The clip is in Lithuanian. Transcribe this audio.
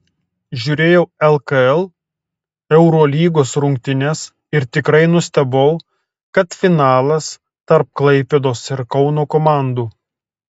žiūrėjau lkl eurolygos rungtynes ir tikrai nustebau kad finalas tarp klaipėdos ir kauno komandų